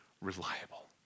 reliable